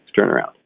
turnaround